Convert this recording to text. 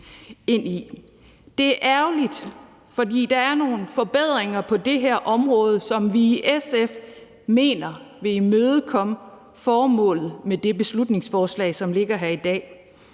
Det er ærgerligt, for der er nogle forbedringer på det her område, som vi i SF mener vil imødekomme formålet med det beslutningsforslag, som ligger her i dag.